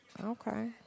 Okay